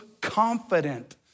confident